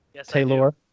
Taylor